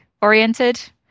oriented